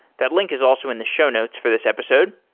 that link is also in the show notes for this episode.